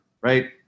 right